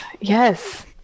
Yes